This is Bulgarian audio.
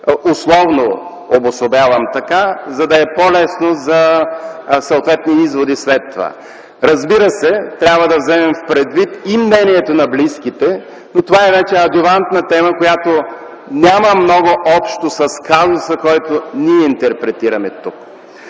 Условно обособявам така, за да е по-лесно за съответни изводи след това. Разбира се, трябва да вземем в предвид и мнението на близките, но това е вече адювантна тема, която няма много общо с казуса, който интерпретираме тук.